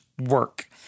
work